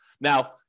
Now